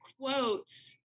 quotes